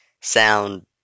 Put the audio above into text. sound